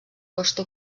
costa